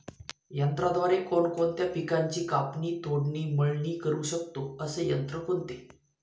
यंत्राद्वारे कोणकोणत्या पिकांची कापणी, तोडणी, मळणी करु शकतो, असे यंत्र कोणते?